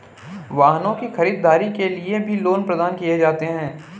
वाहनों की खरीददारी के लिये भी लोन प्रदान किये जाते हैं